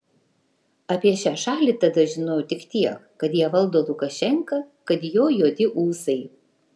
apie šią šalį tada žinojau tik tiek kad ją valdo lukašenka kad jo juodi ūsai